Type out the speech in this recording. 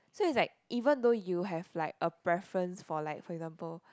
so is like even though you have like a preference for like for example